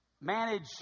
manage